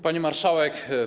Pani Marszałek!